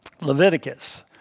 Leviticus